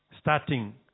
starting